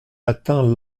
atteint